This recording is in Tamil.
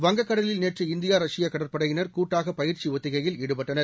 வங்கக் கடலில் நேற்று இந்தியா ரஷ்யா கடற்படையினர் கூட்டாக பயிற்சி ஒத்திகையில் ஈடுபட்டனர்